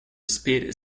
speed